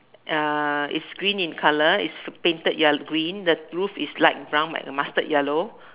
uh it's green in colour it's painted yel~ green the roof is light brown like the mustard yellow